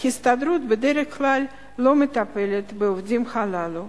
ההסתדרות בדרך כלל לא מטפלת בעובדים הללו.